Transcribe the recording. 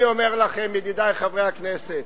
אני אומר לכם, ידידי חברי הכנסת,